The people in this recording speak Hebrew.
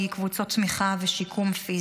קבוצות תמיכה ושיקום פיזי,